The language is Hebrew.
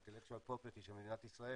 ה-intellectual property של מדינת ישראל